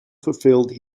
fulfilled